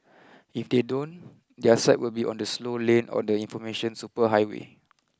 if they don't their site will be on the slow lane on the information superhighway